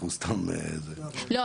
אנחנו סתם --- לא,